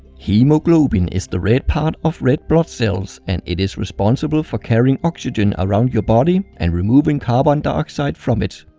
hemoglobin is the red part of red blood cells and it is responsible for carrying oxygen around your body and removing carbon dioxide from it.